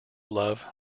love